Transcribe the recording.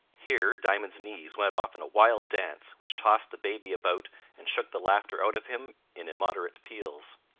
here diamond's knees went off in a wild dance which tossed the baby about and shook the laughter out of him in immoderate peals.